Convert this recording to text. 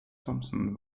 thompson